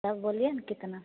तब बोलिए ना कितना